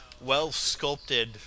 well-sculpted